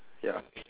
ya